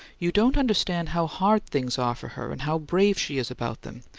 you don't understand how hard things are for her and how brave she is about them,